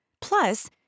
Plus